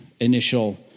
initial